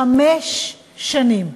חמש שנים.